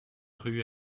rue